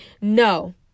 no